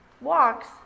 walks